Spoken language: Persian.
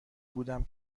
بودم